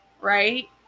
right